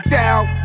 doubt